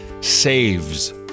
saves